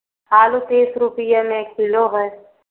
आलू तीस रुपये में एक किलो है